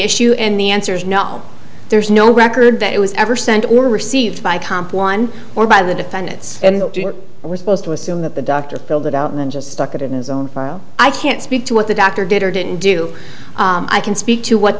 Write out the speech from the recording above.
issue and the answer is no there's no record that it was ever sent or received by comp one or by the defendants and we're supposed to assume that the doctor filled it out and then just stuck it in his own i can't speak to what the doctor did or didn't do i can speak to what